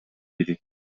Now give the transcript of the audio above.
бири